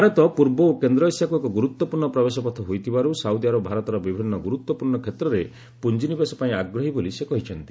ଭାରତ ପୂର୍ବ ଓ କେନ୍ଦ୍ର ଏସିଆକୁ ଏକ ଗୁରୁତ୍ୱପୂର୍ଷ ପ୍ରବେଶ ପଥ ହୋଇଥିବାରୁ ସାଉଦି ଆରବ ଭାରତର ବିଭିନ୍ନ ଗୁରୁତ୍ୱପୂର୍ଣ୍ଣ କ୍ଷେତ୍ରରେ ପୁଞ୍ଜିନିବେଶ ପାଇଁ ଆଗ୍ରହୀ ବୋଲି ସେ କହିଛନ୍ତି